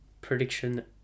prediction